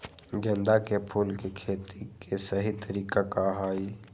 गेंदा के फूल के खेती के सही तरीका का हाई?